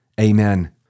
Amen